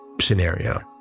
scenario